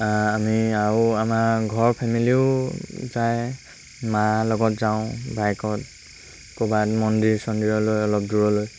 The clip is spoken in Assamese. আমি আৰু আমাৰ ঘৰ ফেমিলিও যায় মা লগত যাওঁ বাইকত ক'ৰবাত মন্দিৰ চন্দিৰলৈ অলপ দূৰলৈ